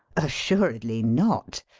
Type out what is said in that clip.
assuredly not.